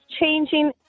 changing